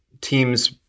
teams